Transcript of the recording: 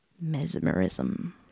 Mesmerism